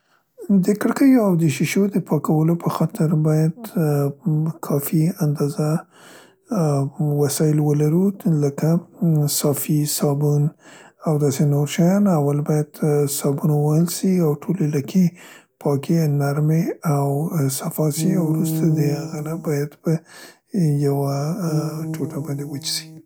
د کړکیو او شیشو د پاکولو په خاطر باید ام کافي اندازه، ا، وسایل ولر لکه، صافي، صابون او داسې نور شیان. اول باید صابون ووهل شي او ټولې لکې یې پاکې، نرمې او صفا سي او وروسته د هغه نه باید په یوه ټوټه باندې وڅې سي.